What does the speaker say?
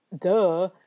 duh